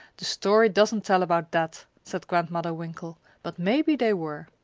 the story doesn't tell about that, said grandmother winkle but maybe they were.